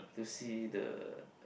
to see the